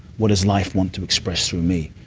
what does life want to express through me?